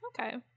Okay